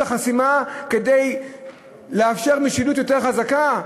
החסימה כדי לאפשר משילות יותר חזקה?